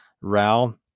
row